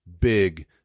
big